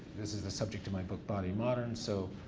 this is the subject of my book body modern so,